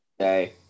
Okay